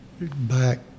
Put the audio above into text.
back